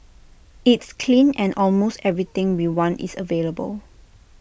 it's clean and almost everything we want is available